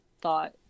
thought